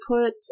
put